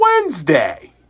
Wednesday